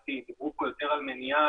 דיברו פה יותר על מניעה,